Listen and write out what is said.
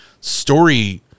story